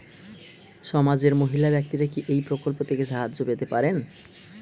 সমাজের মহিলা ব্যাক্তিরা কি এই প্রকল্প থেকে সাহায্য পেতে পারেন?